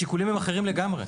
השיקולים הם אחרים לגמרי.